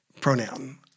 pronoun